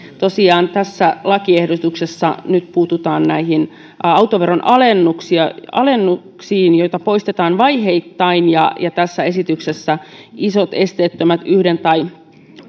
tosiaan tässä lakiehdotuksessa nyt puututaan näihin autoveron alennuksiin joita poistetaan vaiheittain ja ja tässä esityksessä isot esteettömät yhden tai